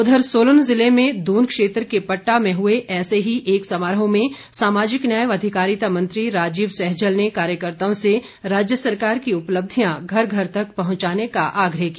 उघर सोलन ज़िले में दून क्षेत्र के पट्टा में हुए ऐसे ही एक समारोह में सामाजिक न्याय व अधिकारिता मंत्री राजीव सहजल ने कार्यकर्ताओं से राज्य सरकार की उपलब्धियां घर घर तक पहुंचाने का आग्रह किया